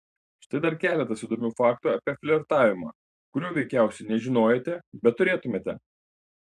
štai dar keletas įdomių faktų apie flirtavimą kurių veikiausiai nežinojote bet turėtumėte